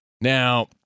Now